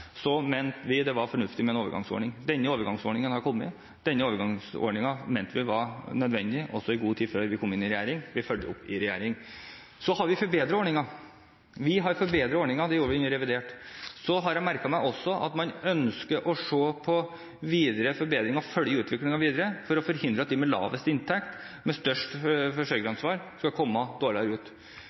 mente vi det var fornuftig med en overgangsordning. Denne overgangsordningen er kommet, denne overgangsordningen mente vi var nødvendig, også i god tid før vi kom inn i regjering, og vi fulgte det opp i regjering. Så har vi forbedret ordningen. Det gjorde vi under revidert. Jeg har også merket meg at man ønsker å se på videre forbedringer og følge utviklingen videre for å forhindre at de med lavest inntekt og med størst forsørgeransvar skal komme dårligere ut.